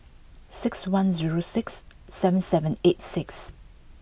six one zero six seven seven eight six